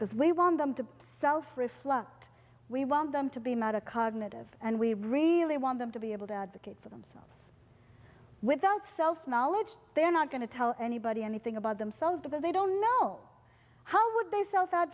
because we want them to self reflect we want them to be mad to cognitive and we really want them to be able to advocate for themselves without self knowledge they're not going to tell anybody anything about themselves because they don't know how would they self